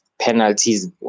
penalties